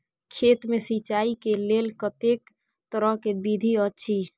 खेत मे सिंचाई के लेल कतेक तरह के विधी अछि?